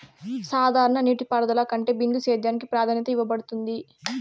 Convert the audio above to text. సాధారణ నీటిపారుదల కంటే బిందు సేద్యానికి ప్రాధాన్యత ఇవ్వబడుతుంది